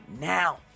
now